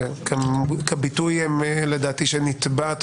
שאומרת כביטוי שנטבע,